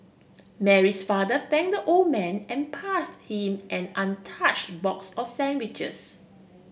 Mary's father thank old man and passed him an box of sandwiches